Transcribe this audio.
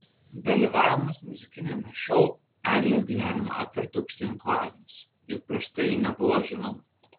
dalyvavimas muzikiniame šou eglės gyvenimą apvertė aukštyn kojomis juk prieš tai ji nebuvo žinoma